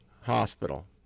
Hospital